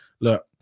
Look